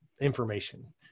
information